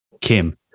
kim